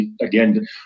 again